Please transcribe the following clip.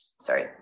sorry